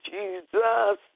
Jesus